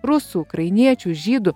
rusų ukrainiečių žydų